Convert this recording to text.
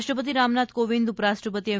રાષ્ટ્રપતિ રામનાથ કોવિંદ ઉપરાષ્ટ્રપતિ એમ